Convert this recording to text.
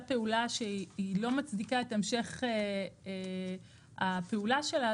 פעולה שהיא לא מצדיקה את המשך הפעולה שלה,